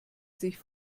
sich